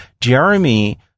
Jeremy